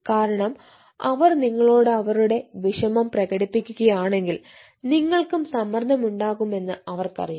കാരണം അവർ നിങ്ങളോട് അവരുടെ വിഷമം പ്രകടിപ്പിക്കുകയാണെങ്കിൽ നിങ്ങൾക്കും സമ്മർദ്ദമുണ്ടാകുമെന്ന് അവർക്കറിയാം